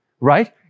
right